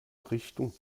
richtung